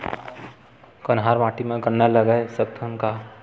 कन्हार माटी म गन्ना लगय सकथ न का?